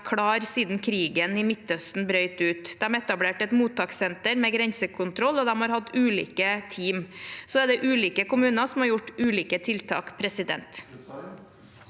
siden krigen i Midtøsten brøt ut. De etablerte et mottakssenter med grensekontroll, og de har hatt ulike team. Så er det ulike kommuner som har gjort ulike tiltak. Marian